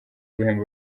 guhemba